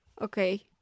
Okay